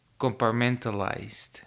compartmentalized